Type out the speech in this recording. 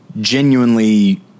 genuinely